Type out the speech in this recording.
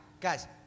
Guys